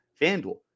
fanduel